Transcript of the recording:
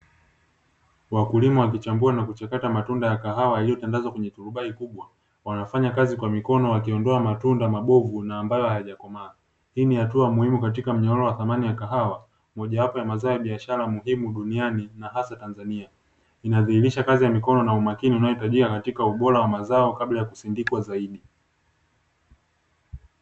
Wakulima wakichambua na kuchakata matunda ya kahawa yaliyotangazwa kenye turubai kubwa, wanafanya kazi kwa mikono wakiondoa matunda mabovu na ambayo hayajakomaa, hii ni hatua muhimu katika minyororo ya thamani ya kahawa mojawapo ya mazao ya biashara muhimu duniani na hasa Tanzania, inadhihirisha kazi ya mikono na umakini unaotajia katika ubora wa mazao kabla ya kusindikwa zaidi.